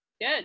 Good